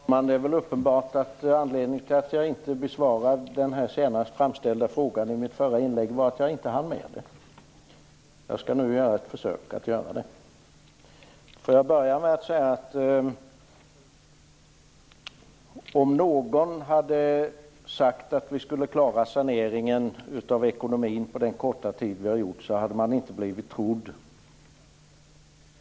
Herr talman! Det är väl uppenbart att anledningen till att jag i mitt förra inlägg inte besvarade den senast framställda frågan var att jag inte hann med det. Jag skall nu göra ett försök att besvara den. Jag vill börja med att säga att om någon hade sagt att vi skulle klara saneringen av ekonomin på den korta tid vi har gjort, hade man inte blivit trodd.